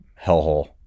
hellhole